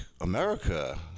America